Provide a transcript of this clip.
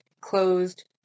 closed